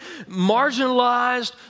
marginalized